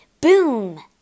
boom